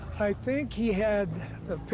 i think he had a